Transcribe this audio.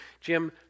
Jim